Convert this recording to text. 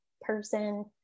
person